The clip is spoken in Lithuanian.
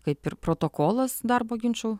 kaip ir protokolas darbo ginčų